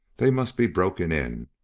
they must be broken in,